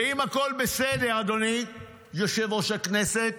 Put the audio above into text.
ואם הכול בסדר, אדוני יושב-ראש הכנסת,